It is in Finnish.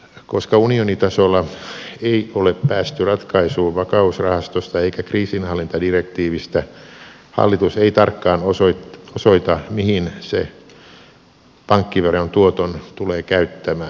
koska unionitasolla ei ole päästy ratkaisuun vakausrahastosta eikä kriisinhallintadirektiivistä hallitus ei tarkkaan osoita mihin se pankkiveron tuoton tulee käyttämään